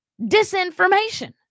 disinformation